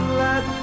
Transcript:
let